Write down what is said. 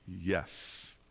yes